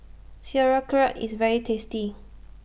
Sauerkraut IS very tasty